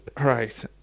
right